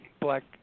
Black